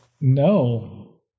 No